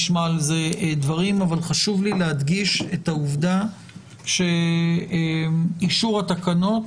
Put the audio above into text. נשמע על זה דברים אבל חשוב לי להדגיש את העובדה שאישור התקנות